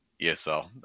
ESL